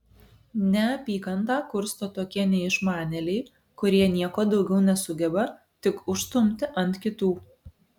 neapykantą kursto tokie neišmanėliai kurie nieko daugiau nesugeba tik užstumti ant kitų